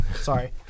Sorry